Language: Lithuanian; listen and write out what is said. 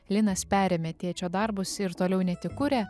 linas perėmė tėčio darbus ir toliau ne tik kuria